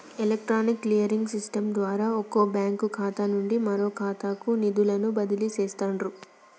electronic clearing system ద్వారా వొక bank ఖాతా నుండి మరొకఖాతాకు నిధులను బదిలీ చేస్తండ్రు